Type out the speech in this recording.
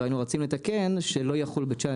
לא היינו רצים לתקן שלא יחול ב-2019.